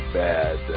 bad